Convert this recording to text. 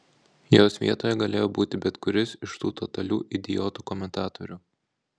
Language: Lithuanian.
jos vietoje galėjo būti bet kuris iš tų totalių idiotų komentatorių